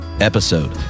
episode